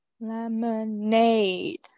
lemonade